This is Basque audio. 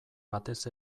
batez